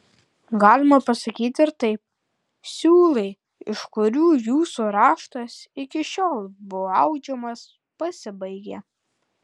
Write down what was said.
galima pasakyti ir taip siūlai iš kurių jūsų raštas iki šiol buvo audžiamas pasibaigė